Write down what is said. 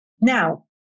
Now